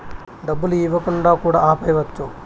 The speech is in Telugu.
డబ్బులు ఇవ్వకుండా కూడా ఆపేయచ్చు